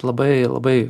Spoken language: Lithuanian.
labai labai